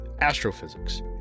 astrophysics